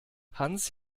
hans